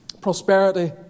prosperity